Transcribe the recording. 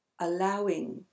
allowing